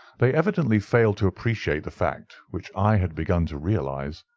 they evidently failed to appreciate the fact, which i had begun to realize,